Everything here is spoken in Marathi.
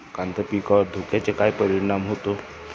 कांदा पिकावर धुक्याचा काय परिणाम होतो?